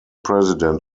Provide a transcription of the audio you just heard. president